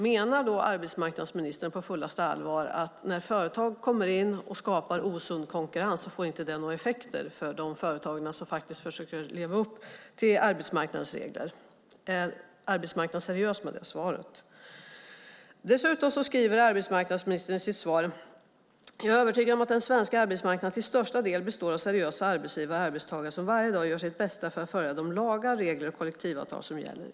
Menar arbetsmarknadsministern på fullaste allvar att det inte får några effekter för de företag som faktiskt försöker leva upp till arbetsmarknadens regler när företag kommer in och skapar osund konkurrens? Är det ett seriöst svar från arbetsmarknadsministern? Dessutom skriver arbetsmarknadsministern i sitt svar: "Jag är övertygad om att den svenska arbetsmarknaden till största del består av seriösa arbetsgivare och arbetstagare som varje dag gör sitt bästa för att följa de lagar, regler och kollektivavtal som gäller."